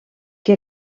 que